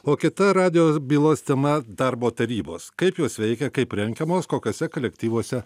o kita radijo bylos tema darbo tarybos kaip jos veikia kaip renkamos kokiuose kolektyvuose